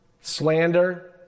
slander